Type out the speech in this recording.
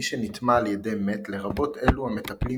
מי שנטמא על ידי מת לרבות אלו המטפלים